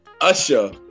Usher